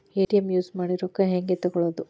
ATM use ಮಾಡಿ ರೊಕ್ಕ ಹೆಂಗೆ ತಕ್ಕೊಳೋದು?